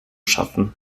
schaffen